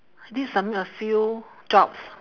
I did submit a few jobs